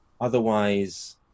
Otherwise